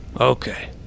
okay